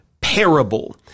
parable